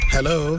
Hello